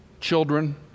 children